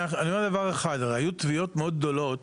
אני אומר דבר אחד, הרי היו תביעות מאוד גדולות